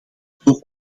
voor